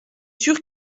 sûr